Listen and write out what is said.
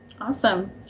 Awesome